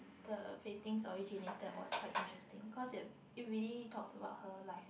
the paintings originated was quite interesting cause it it really talks about her life